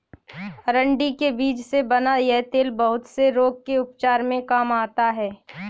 अरंडी के बीज से बना यह तेल बहुत से रोग के उपचार में काम आता है